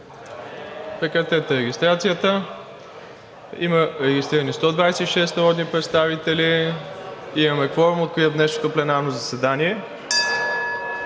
си. Моля за регистрация. Има регистрирани 126 народни представители. Имаме кворум. Откривам днешното пленарно заседание.